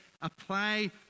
Apply